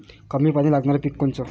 कमी पानी लागनारं पिक कोनचं?